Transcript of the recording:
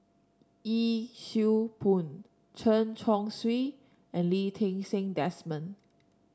Yee Siew Pun Chen Chong Swee and Lee Ti Seng Desmond